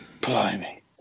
Blimey